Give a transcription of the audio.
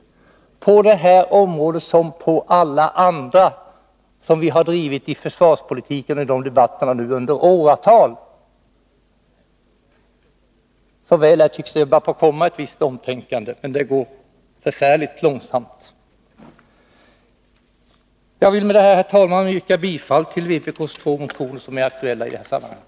Det gäller för det här området som för alla andra områden inom försvarspolitiken. Vi har drivit dessa frågor under åratal. Som väl är tycks det börja bli en viss ändring i tänkandet här, men det går förfärligt långsamt. Jag vill med detta, herr talman, yrka bifall till de två vpk-motioner som är aktuella i detta sammanhang.